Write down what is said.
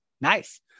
nice